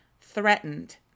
Threatened